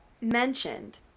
mentioned